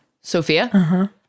Sophia